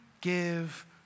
give